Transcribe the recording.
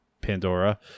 Pandora